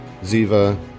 Ziva